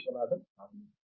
విశ్వనాథన్ అవును